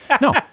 no